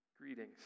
Greetings